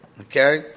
okay